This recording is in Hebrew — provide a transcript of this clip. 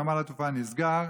נמל התעופה נסגר.